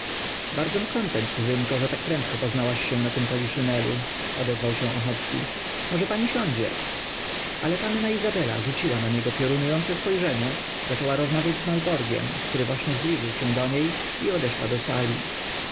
kontent kuzynko że tak prędko poznałaś się na tym poliszynelu odezwał się ochocki może pani siądzie ale panna izabela rzuciła na niego piorunujące spojrzenie zaczęła rozmawiać z malborgiem który właśnie zbliżył się do niej i odeszła do sali